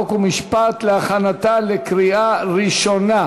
חוק ומשפט להכנתה לקריאה ראשונה.